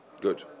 Good